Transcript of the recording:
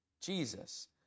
Jesus